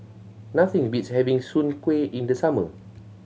nothing beats having Soon Kuih in the summer